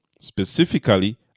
specifically